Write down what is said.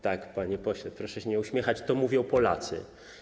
Tak, panie pośle, proszę się nie uśmiechać, to mówią Polacy.